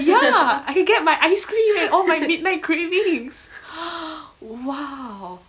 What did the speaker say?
ya I can get my ice cream and all my midnight cravings !wow!